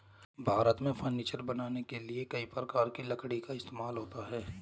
भारत में फर्नीचर बनाने के लिए कई प्रकार की लकड़ी का इस्तेमाल होता है